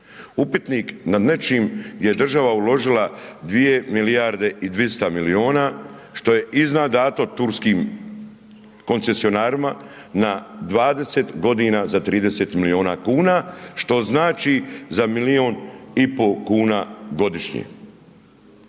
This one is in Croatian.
Upitnik nad nečim jer je država uložila 2 milijarde i 200 miliona što je iznadato turskim koncesionarima na 20 godina za 30 miliona kuna, što znači za milion i po kuna godišnje.